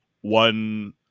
one